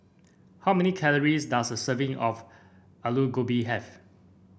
how many calories does a serving of Alu Gobi have